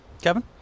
Kevin